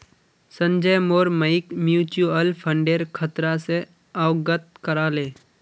संजय मोर मइक म्यूचुअल फंडेर खतरा स अवगत करा ले